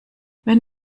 wenn